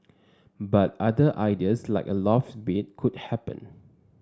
but other ideas like a loft bed could happen